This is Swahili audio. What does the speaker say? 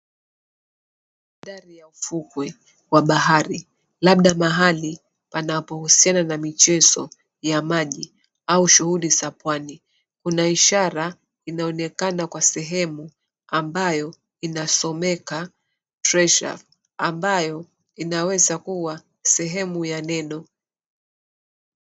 Maandhari ya ufukwe wa bahari labda pahali panapo husiana na michezo ya maji au shughuli za pwani. Kuna ishara inaonekana kwa sehemu ambayo inasomeka, "Treasure," ambayo inaweza kuwa sehemu ya neno.